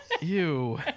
Ew